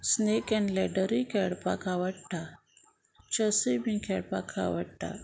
snake and लॅडरूय खेळपाक आवडटा चसूय बी खेळपाक आवडटा